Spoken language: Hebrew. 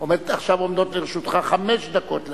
עכשיו עומדות לרשותך חמש דקות להשיב.